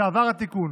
כשעבר התיקון,